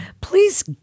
Please